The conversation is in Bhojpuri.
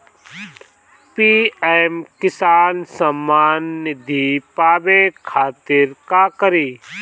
पी.एम किसान समान निधी पावे खातिर का करी?